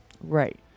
right